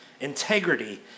integrity